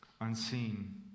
unseen